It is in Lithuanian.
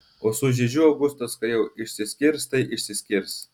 o su žižiu augustas kai jau išsiskirs tai išsiskirs